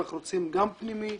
אנחנו רוצים גם פנימי.